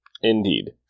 Indeed